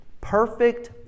perfect